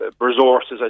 resources